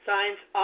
Signs